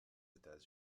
états